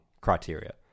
criteria